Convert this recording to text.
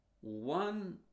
one